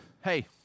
hey